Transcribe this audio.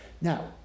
Now